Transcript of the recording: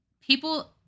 people